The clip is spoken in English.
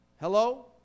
Hello